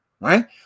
Right